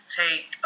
take